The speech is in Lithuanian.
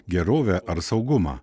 gerovę ar saugumą